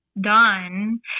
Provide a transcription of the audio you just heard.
done